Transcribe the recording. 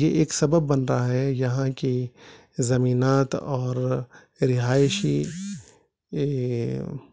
یہ ایک سبب بن رہا ہے یہاں کی زمینات اور رہائشی